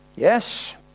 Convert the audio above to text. Yes